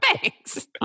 Thanks